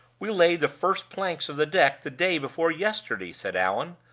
we laid the first planks of the deck the day before yesterday, said allan,